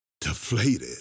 deflated